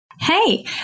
Hey